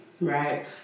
right